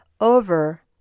over